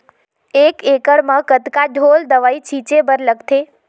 एक एकड़ म कतका ढोल दवई छीचे बर लगथे?